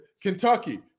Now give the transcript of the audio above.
Kentucky